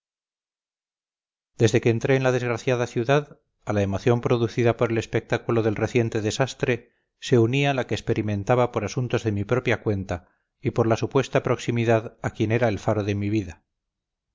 desde que entré en la desgraciada ciudad a la emoción producida por el espectáculo del reciente desastre se unía la que experimentaba por asuntos de mi propia cuenta y por la supuesta proximidad a quien era el faro de mi vida